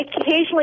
occasionally